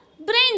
brain